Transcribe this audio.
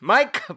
Mike